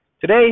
today